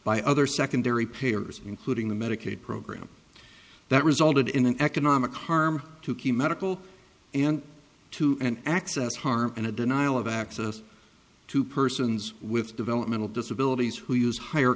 by other secondary payers including the medicaid program that resulted in an economic harm to key medical and to an access harm and a denial of access to persons with developmental disabilities who use higher